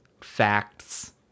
facts